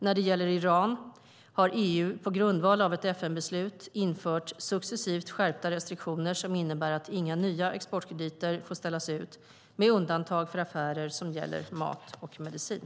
När det gäller Iran har EU, på grundval av ett FN-beslut, infört successivt skärpta restriktioner som innebär att inga nya exportkrediter får ställas ut, med undantag för affärer som gäller mat och medicin.